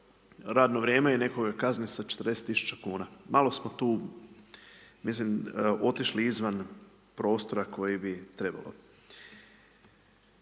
radno vrijeme i nekoga kazni sa 40 tisuća kuna. Malo smo tu, mislim otišli izvan prostora koji bi trebalo.